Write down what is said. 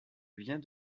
vient